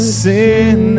sin